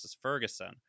Ferguson